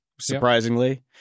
surprisingly